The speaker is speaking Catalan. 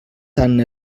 tant